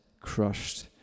crushed